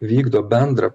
vykdo bendrą